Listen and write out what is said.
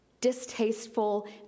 distasteful